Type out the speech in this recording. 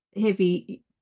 heavy